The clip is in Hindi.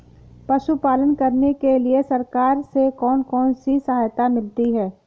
पशु पालन करने के लिए सरकार से कौन कौन सी सहायता मिलती है